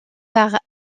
par